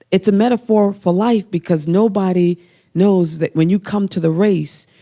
it's a metaphor for life because nobody knows that when you come to the race,